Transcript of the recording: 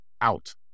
out